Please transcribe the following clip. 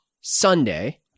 Sunday